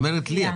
את אומרת לי.